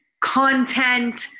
content